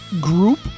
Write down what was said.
group